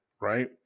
right